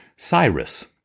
Cyrus